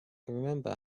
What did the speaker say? remember